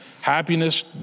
Happiness